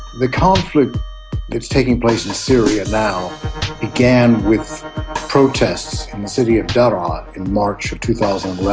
the conflict that is taking place in syria now began with protests in the city of daraa in march two thousand